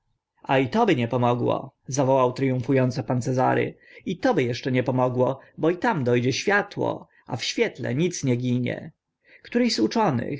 i to by nie pomogło zawołał tryumfu ąco pan cezary i to by eszcze nie pomogło bo i tam do dzie światło a w świetle nic nie ginie któryś z uczonych